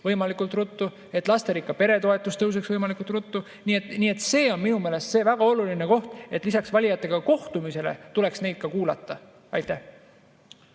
võimalikult ruttu, et lasterikka pere toetus tõuseks võimalikult ruttu. Nii et see on minu meelest väga oluline [tõsiasi], et lisaks valijatega kohtumisele tuleks neid ka kuulata. Aitäh!